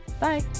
Bye